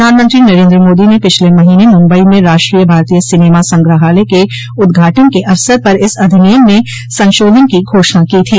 प्रधानमंत्री नरेन्द्र मोदी ने पिछले महीने मुम्बई में राष्ट्रीय भारतीय सिनेमा संग्राहलय के उद्घाटन के अवसर पर इस अधिनियम में संशोधन की घोषणा की थी